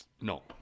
No